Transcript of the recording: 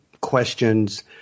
questions